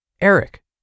Eric